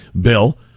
bill